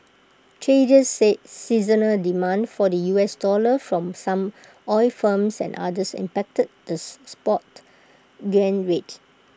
traders said seasonal demand for the U S dollar from some oil firms and others impacted this spot yuan rate